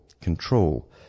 control